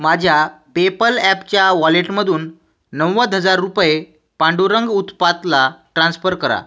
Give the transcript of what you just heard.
माझ्या पेपल ॲपच्या वॉलेटमधून नव्वद हजार रुपये पांडुरंग उत्पातला ट्रान्स्पर करा